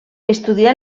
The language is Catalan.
estudià